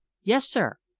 yes, sir.